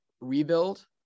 rebuild